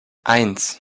eins